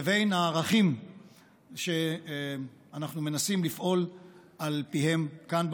לבין הערכים שאנחנו מנסים לפעול על פיהם כאן,